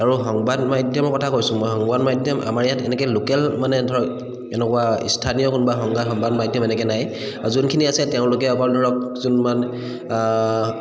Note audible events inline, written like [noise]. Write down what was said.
আৰু সংবাদ মাধ্যমৰ কথা কৈছোঁ মই সংবাদ মাধ্যম আমাৰ ইয়াত এনেকৈ লোকেল মানে ধৰক এনেকুৱা স্থানীয় কোনোবা সংবাদ মাধ্যম এনেকৈ নাই আৰু যোনখিনি আছে তেওঁলোকে অকল ধৰক [unintelligible]